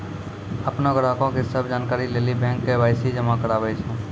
अपनो ग्राहको के सभ जानकारी लेली बैंक के.वाई.सी जमा कराबै छै